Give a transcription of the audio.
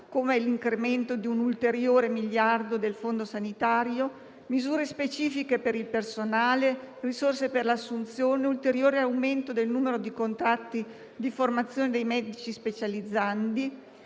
come l'incremento di un ulteriore miliardo del fondo sanitario; misure specifiche per il personale; risorse per l'assunzione; un ulteriore aumento del numero di contratti di formazione dei medici specializzandi;